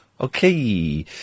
Okay